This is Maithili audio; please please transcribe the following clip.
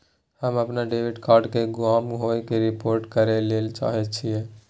हम अपन डेबिट कार्ड के गुम होय के रिपोर्ट करय ले चाहय छियै